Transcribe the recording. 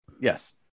Yes